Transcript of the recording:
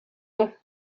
ans